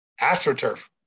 astroturf